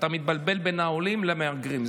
אתה מתבלבל בין העולים למהגרים.